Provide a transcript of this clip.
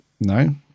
no